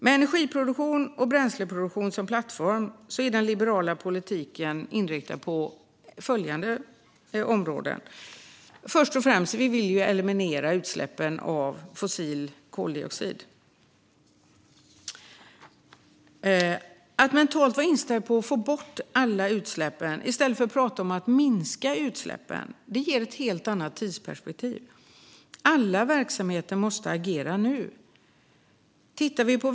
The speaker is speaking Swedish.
Med energiproduktionen och bränsleproduktionen som plattform är den liberala klimatpolitiken inriktad på följande områden: Först och främst vill vi eliminera utsläppen av fossil koldioxid. Att mentalt vara inställd på att få bort alla utsläpp i stället för att bara prata om att minska dem ger ett annat tidsperspektiv. Alla verksamheter måste agera nu.